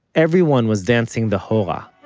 everyone was dancing the hora,